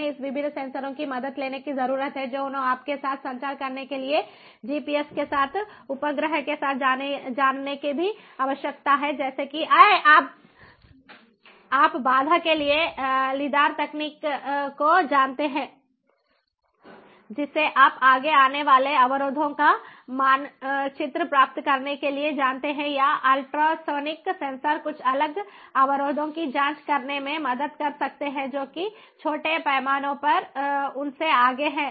उन्हें इस विभिन्न सेंसरों की मदद लेने की जरूरत है जो उन्हें आपके साथ संचार करने के लिए जीपीएस के साथ उपग्रह के साथ जानने की भी आवश्यकता है जैसे कि आप बाधा के लिए LiDAR तकनीक को जानते हैं जिसे आप आगे आने वाले अवरोधों का मानचित्र प्राप्त करने के लिए जानते हैं या अल्ट्रासोनिक सेंसर कुछ अलग अवरोधों की जाँच करने में मदद कर सकते हैं जो कि छोटे पैमाने पर उनसे आगे हैं